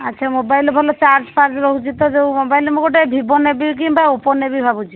ଆଚ୍ଛା ମୋବାଇଲର ଭଲ ଚାର୍ଜ ଫାର୍ଜ ରହୁଛି ତ ଯେଉଁ ମୋବାଇଲ୍ ମୁଁ ଗୋଟେ ଭିବୋ ନେବି କିମ୍ବା ଓପୋ ନେବି ଭାବୁଛି